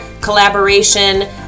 collaboration